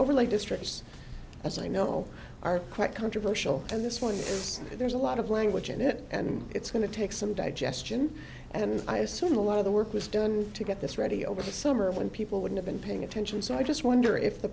overlay districts as i know are quite controversial at this point there's a lot of language in it and it's going to take some digestion and i assume a lot of the work was done to get this ready over the summer when people would have been paying attention so i just wonder if the